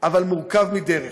אבל מורכב מדרך.